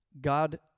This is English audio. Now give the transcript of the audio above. God